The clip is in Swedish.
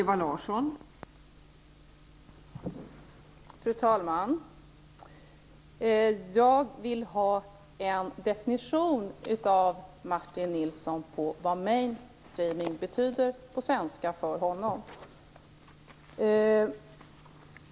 Fru talman! Jag vill ha en definition från Martin Nilsson på vad mainstreaming betyder på svenska för honom.